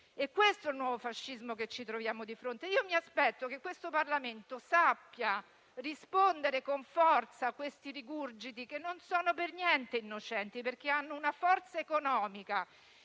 È questo il nuovo fascismo che ci troviamo di fronte. Mi aspetto che questo Parlamento sappia rispondere con forza a questi rigurgiti che non sono per niente innocenti, perché hanno una forza economica